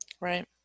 right